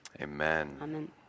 Amen